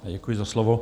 Děkuji za slovo.